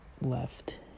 left